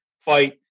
fight